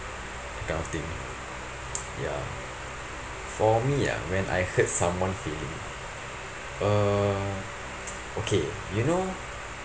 that kind of thing ya for me ah when I hurt someone feeling uh okay you know